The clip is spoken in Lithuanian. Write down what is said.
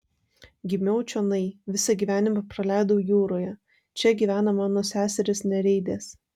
gimiau čionai visą gyvenimą praleidau jūroje čia gyvena mano seserys nereidės